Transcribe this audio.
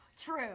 True